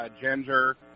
ginger